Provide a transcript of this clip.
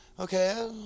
Okay